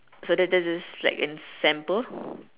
so that that that's like in samples